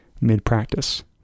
mid-practice